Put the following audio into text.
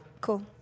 Cool